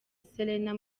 selena